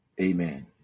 amen